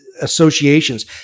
associations